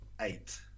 eight